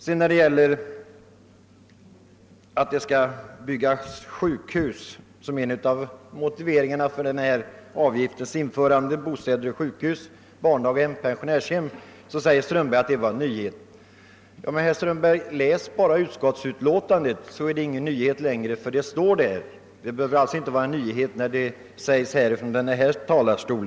Vad beträffar att det byggs bostäder och sjukhus, barndaghem och pensionärshem, vilket är ett av motiven till denna investeringsavgifts införande, säger herr Strömberg, att det var en nyhet. Men, herr Strömberg, läs utskottsutlåtandet, så blir det ingen nyhet längre, ty det står där. Det bör alltså inte vara en nyhet för den som står i denna talarstol.